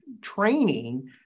training